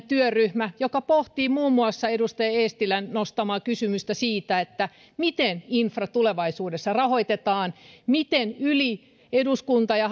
työryhmä joka pohtii muun muassa edustaja eestilän nostamaa kysymystä siitä miten infra tulevaisuudessa rahoitetaan miten yli eduskunta ja